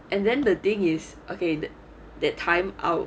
and that the thing is the time out